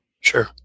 Sure